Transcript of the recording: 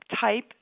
type